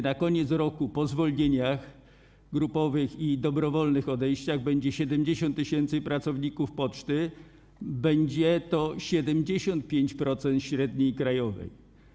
Na koniec roku, po zwolnieniach grupowych i dobrowolnych odejściach, będzie 70 tys. pracowników poczty, a średnia płaca wyniesie 75% średniej krajowej.